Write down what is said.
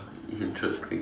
interesting